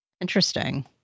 Interesting